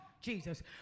Jesus